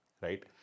right